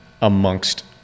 amongst